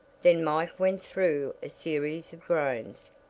then mike went through a series of groans,